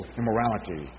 immorality